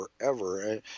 forever